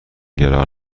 گران